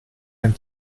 ben